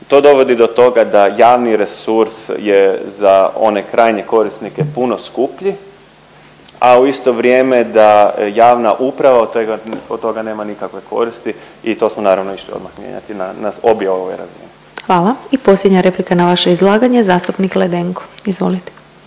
To dovodi do toga da javni resurs je za one krajnje korisnike puno skuplji, a u isto vrijeme da javna uprava od toga nema nikakve koristi i to smo naravno išli odmah mijenjati na obje ove razine. **Glasovac, Sabina (SDP)** Hvala. I posljednja replika na vaše izlaganje zastupnik Ledenko, izvolite.